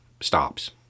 stops